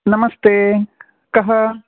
नमस्ते कः